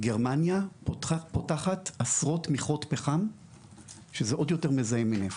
גרמניה פותחת עשרות מכרות פחם שזה עוד יותר מזהם מנפט.